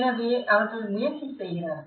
எனவே அவர்கள் முயற்சி செய்கிறார்கள்